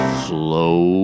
flow